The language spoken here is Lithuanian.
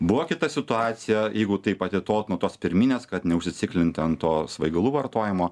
buvo kita situacija jeigu taip atitolt nuo tos pirminės kad neužsiciklint ant to svaigalų vartojimo